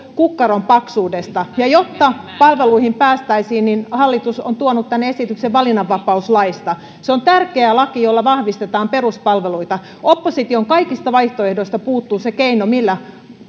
kukkaron paksuudesta ja jotta palveluihin päästäisiin niin hallitus on tuonut tämän esityksen valinnanvapauslaista se on tärkeä laki jolla vahvistetaan peruspalveluita opposition kaikista vaihtoehdoista puuttuu se keino millä